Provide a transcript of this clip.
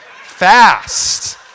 fast